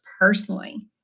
personally